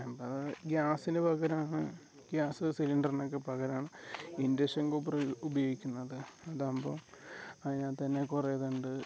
അപ്പം അത് ഗ്യാസിന് പകരമാണ് ഗ്യാസ് സിലിണ്ടറിനൊക്കെ പകരമാണ് ഇൻഡക്ഷൻ കുക്കറ് ഉപയോഗിക്കുന്നത് അതാവുമ്പോൾ അതിനകത്തെ കുറേ ഇതുണ്ട്